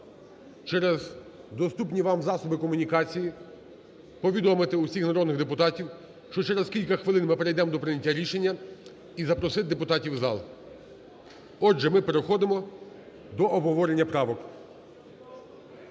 через доступні вам засоби комунікації повідомити всіх народних депутатів, що через кілька хвилин ми перейдемо до прийняття рішення і запросити депутатів в зал. Отже, ми переходимо до обговорення правок.